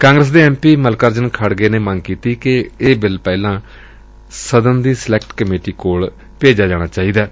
ਕਾਂਗਰਸ ਦੇ M P Mallikarjun Kharge ਨੇ ਮੰਗ ਕੀਤੀ ਕਿ ਇਹ ਬਿੱਲ ਪਹਿਲਾਂ ਸਦਨ ਦੀ ਸਿਲੈਕਟ ਕਮੇਟੀ ਕੋਲ ਭੇਜਿਆ ਜਾਣਾ ਚਾਹੀਦੈ